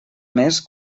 més